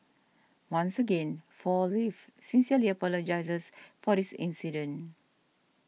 once again Four Leaves sincerely apologises for this incident